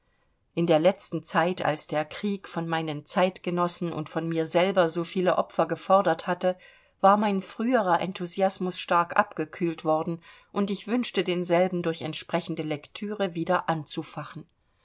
in der letzten zeit als der krieg von meinen zeitgenossen und von mir selber so schwere opfer gefordert hatte war mein früherer enthusiasmus stark abgekühlt worden und ich wünschte denselben durch entsprechende lektüre wieder anzufachen